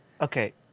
Okay